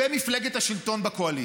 במפלגת השלטון בקואליציה.